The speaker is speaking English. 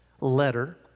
letter